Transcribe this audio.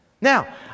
Now